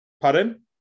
Pardon